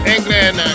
England